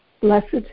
Blessed